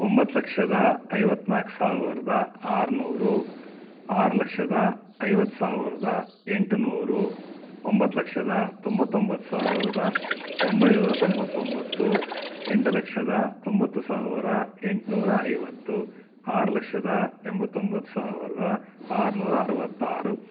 ಒಂಬತ್ತು ಲಕ್ಷದ ಐವತ್ನಾಲ್ಕು ಸಾವಿರದ ಆರುನೂರು ಆರು ಲಕ್ಷದ ಐವತ್ತು ಸಾವಿರದ ಎಂಟು ನೂರು ಒಂಬತ್ತು ಲಕ್ಷದ ತೊಂಬತ್ತೊಂಬತ್ತು ಸಾವಿರದ ಒಂಬೈನೂರ ತೊಂಬತ್ತೊಂಬತ್ತು ಎಂಟು ಲಕ್ಷದ ತೊಂಬತ್ತು ಸಾವಿರ ಎಂಟುನೂರ ಐವತ್ತು ಆರು ಲಕ್ಷದ ಎಂಬತ್ತೊಂಬತ್ತು ಸಾವಿರದ ಆರುನೂರ ಅರುವತ್ತಾರು